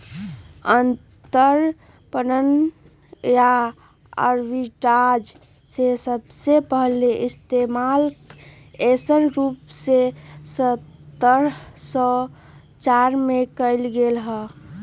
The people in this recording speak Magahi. अंतरपणन या आर्बिट्राज के सबसे पहले इश्तेमाल ऐसन रूप में सत्रह सौ चार में कइल गैले हल